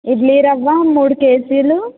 ఇడ్లీ రవ్వ మూడు కేజీలు